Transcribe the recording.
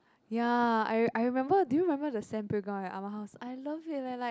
ya I I remember do you remember the sand playground at Ah-Ma house I love it leh like